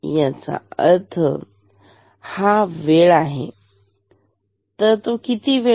याचा अर्थ हा वेळ आहे तर किती आहे हा वेळ